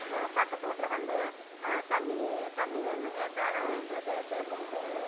இப்போ பக்கத்து வீட்ல வந்து தண்ணி தண்ணி வேணுன்னு கேட்டாலும் எங்களுக்கு தெ புரிஞ்சுக்கிது